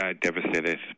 devastated